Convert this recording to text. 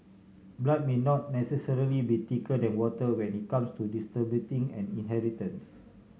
blood may not necessarily be thicker than water when it comes to distributing an inheritance